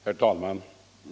Herr talman!